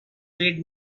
bid